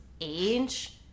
Age